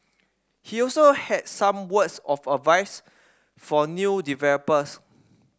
he also had some words of advice for new developers